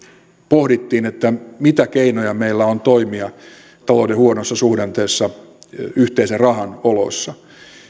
vuonna yhdeksänkymmentäseitsemän kun pohdittiin mitä keinoja meillä on toimia talouden huonossa suhdanteessa yhteisen rahan oloissa